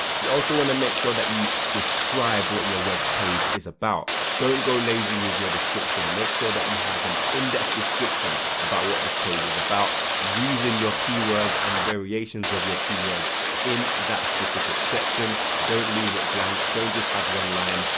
you also want to make sure that you describe what your web page is about. don't go lazy with your description, make sure that you have an in-depth description about what this page is about using your keywords and variations of your keywords in that specific section don't leave it blank, don't just have one line,